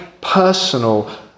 personal